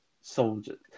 soldier